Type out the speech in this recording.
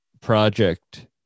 project